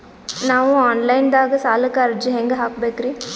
ನಾವು online ದಾಗ ಸಾಲಕ್ಕ ಅರ್ಜಿ ಹೆಂಗ ಹಾಕಬೇಕ್ರಿ?